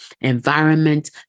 environment